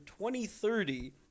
2030